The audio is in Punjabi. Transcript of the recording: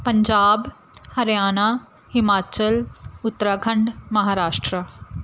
ਪੰਜਾਬ ਹਰਿਆਣਾ ਹਿਮਾਚਲ ਉੱਤਰਾਖੰਡ ਮਹਾਰਾਸ਼ਟਰਾ